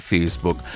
Facebook